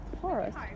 Forest